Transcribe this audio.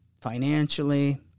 financially